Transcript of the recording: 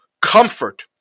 comfort